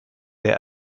der